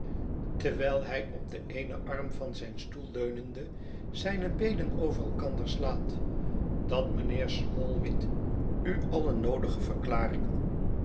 terwijl hij op den eenen arm van zijn stoel leunende zijne beenen over elkander slaat dat mijnheer smallweed u alle noodige verklaringen